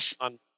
on